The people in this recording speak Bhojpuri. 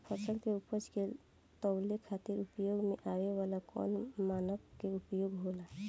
फसल के उपज के तौले खातिर उपयोग में आवे वाला कौन मानक के उपयोग होला?